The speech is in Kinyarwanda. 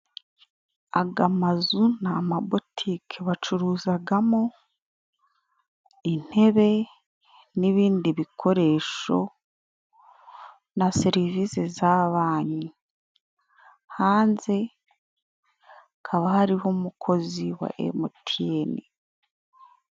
Aga amazu ni amabotike．Bacuruzagamo intebe n'ibindi bikoresho na serivisi za banki hanze kaba hariho umukozi wa MTN．